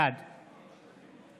בעד